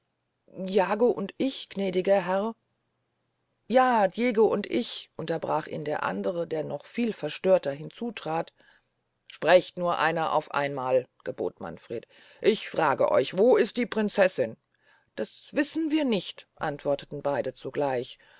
jago und ich gnädiger herr ja diego und ich unterbrach ihn der andere der noch viel verstörter hinzutrat sprecht nur einer auf einmal gebot manfred ich frage euch wo ist die prinzessin das wissen wir nicht antworteten beyde zugleich